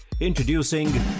Introducing